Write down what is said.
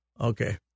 Okay